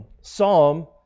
Psalm